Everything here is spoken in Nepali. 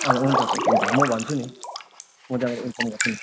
हजुर हुन्छ कोच हुन्छ हुन्छ म भन्छु नि म त्यहाँबाट इन्फर्म गर्छु नि